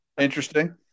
Interesting